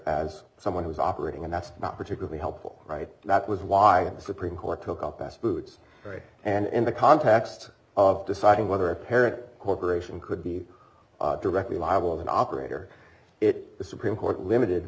as someone who is operating and that's not particularly helpful right that was why the supreme court took a pass moods right and in the context of deciding whether a parent corporation could be directly liable of an operator it the supreme court limited